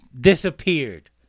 disappeared